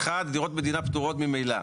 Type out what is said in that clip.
אחד, דירות מדינה פטורות ממילא.